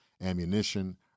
ammunition